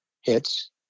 hits